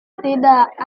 tidak